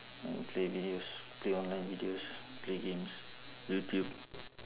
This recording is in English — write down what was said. mm play videos play online videos play games youtube